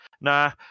Nah